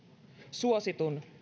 suositun